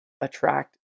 attract